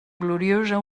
gloriosa